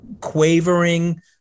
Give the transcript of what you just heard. quavering